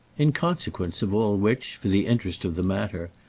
in consequence of all which, for the interest of the matter,